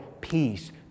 peace